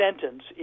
sentence